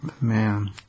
Man